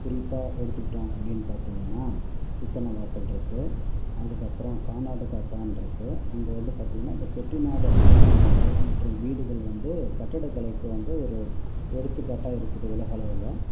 குறிப்பாக எடுத்துக்கிட்டோம் அப்படின்னு பார்த்தீங்கன்னா சித்தன்னவாசல் இருக்குது அதுக்கப்புறம் கானாடு காத்தான் இருக்குது அங்கே வந்து பார்த்தீங்கன்னா இந்த செட்டிநாடு அரண்மனைகள் மற்றும் வீடுகள் வந்து கட்டடக்கலைக்கு வந்து ஒரு எடுத்துக்காட்டாக இருக்குது உலகளவில்